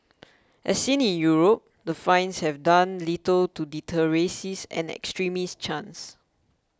as seen in Europe the fines have done little to deter racist and extremist chants